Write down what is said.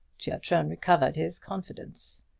giatron recovered his confidence.